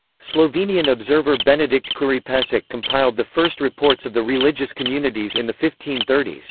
slovenian observer benedikt kuripecic compiled the first reports of the religious communities in the fifteen thirty s.